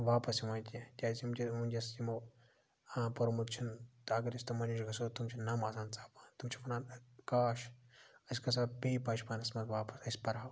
واپَس یِوان کیٚنٛہہ کیٛازِ وٕنۍکٮ۪س یِمو پوٚرمُت چھُنہٕ تہٕ اَگر أسۍ تِمَن نِش گَژھو تِم چھِ نَم آسان ژاپان تِم چھِ وَنان کاش أسۍ گَژھو بیٚیہِ بَچپَنَس منٛز واپَس أسۍ پَرہو